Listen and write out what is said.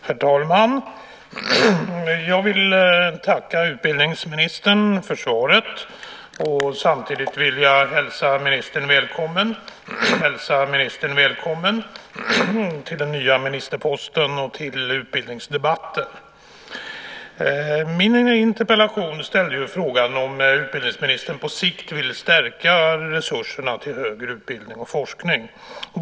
Herr talman! Jag vill tacka utbildningsministern för svaret, och samtidigt vill jag hälsa ministern välkommen till den nya ministerposten och till utbildningsdebatten. I min interpellation ställde jag frågan om utbildningsministern på sikt ville stärka resurserna till högre utbildning och forskning.